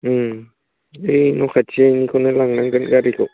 उम बै न' खाथियावनिखौनो लांनांगोन गारिखौ